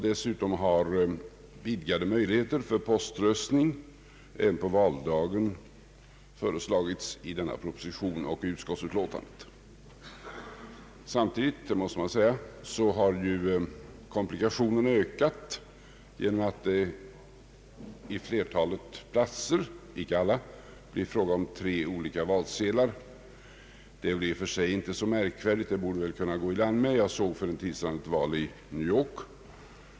Dessutom har vidgade möjligheter för poströstning även på valdagen föreslagits i propositionen och i utskottsutlåtandet. Samtidigt har komplikationerna ökat på grund av att det på flertalet platser — icke alla — blir fråga om tre olika valsedlar. Det är väl i och för sig inte så märkvärdigt; det borde man kunna gå i land med. Jag följde för en tid sedan ett val i New York.